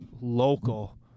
local